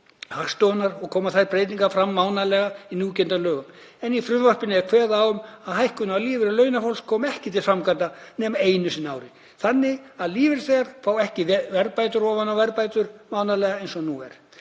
Hagstofunnar og koma þær breytingar fram mánaðarlega í núgildandi lögum. En í frumvarpinu er kveðið á um að hækkun á lífeyri launafólks komi ekki til framkvæmda nema einu sinni á ári. Þannig að lífeyrisþegar fá ekki verðbætur ofan á verðbætur mánaðarlega eins og nú er.